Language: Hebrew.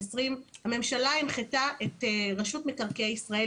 הממשלה הנחתה את רשות מקרקעי ישראל,